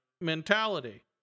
Mentality